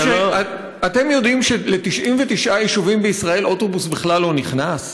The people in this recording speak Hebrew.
אתם יודעים של-99 יישובים בישראל אוטובוס בכלל לא נכנס?